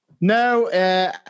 No